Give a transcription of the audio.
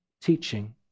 teaching